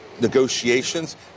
negotiations